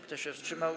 Kto się wstrzymał?